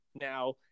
now